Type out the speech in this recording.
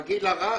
בגיל הרך,